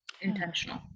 Intentional